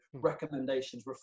recommendations